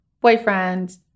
boyfriend